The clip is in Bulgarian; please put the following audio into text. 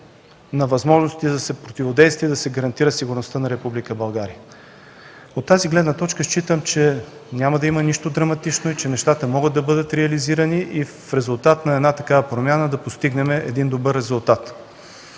на възможностите да се противодейства и да се гарантира сигурността на Република България. От тази гледна точка считам, че няма да има нищо драматично, че нещата могат да бъдат реализирани и в резултат на една такава промяна да постигнем добър резултат.